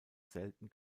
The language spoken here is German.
selten